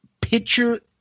picture